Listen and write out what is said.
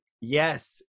Yes